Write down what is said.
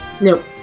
Nope